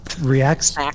reacts